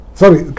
sorry